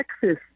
Texas